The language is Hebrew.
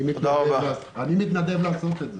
אני מתנדב לעשות את זה.